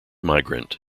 migrant